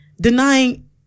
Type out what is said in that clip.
denying